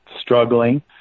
struggling